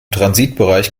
transitbereich